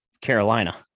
carolina